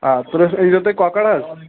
آ تٕرٛہ أنۍزیو تُہۍ کۄکَر حظ